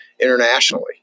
internationally